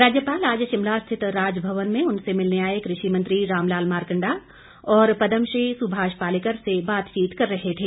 राज्यपाल आज शिमला स्थित राजभवन में उनसे मिलने आए कृषि मंत्री राम लाल मारकंडा और पद्म श्री सुभाष पालेकर से बातचीत कर रहे थे